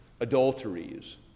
adulteries